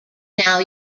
now